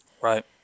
Right